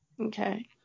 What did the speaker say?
Okay